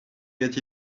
get